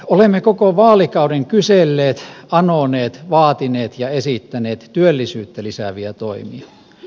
olemme koko vaalikauden kyselleet anoneet vaatineet ja esittäneet työllisyyttä lisääviä toimia